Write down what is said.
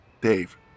Dave